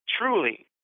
Truly